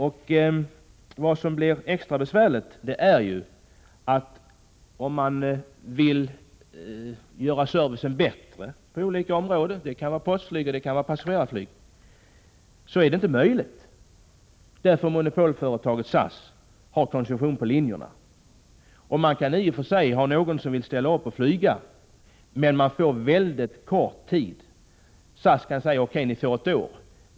Vad som gjort det hela extra besvärligt när det gäller att förbättra servicen på olika områden — det må gälla postflyget eller passagerarflyget — är att monopolföretaget SAS har koncession på de olika linjerna. I och för sig kan det finnas någon som ställer upp, men man får då väldigt kort tid på sig. Från SAS sida kan man säga: O.K., ni får ett år på er.